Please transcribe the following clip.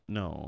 no